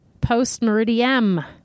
Post-meridiem